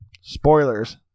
Spoilers